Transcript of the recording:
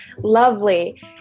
Lovely